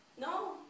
No